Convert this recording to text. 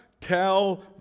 tell